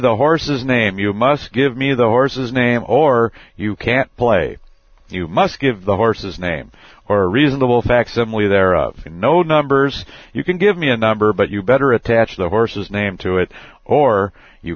the horse's name you must give me the horse's name or you can't play you must give the horse's name or reasonable facsimile thereof no numbers you can give me a number but you better attach the horse's name to it or you